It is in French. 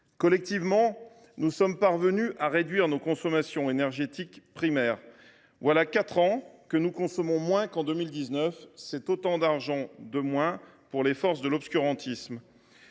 Collectivement, nous sommes parvenus à réduire notre consommation d’énergie primaire : voilà quatre ans que nous consommons moins qu’en 2019. C’est autant d’argent de moins pour les forces de l’obscurantisme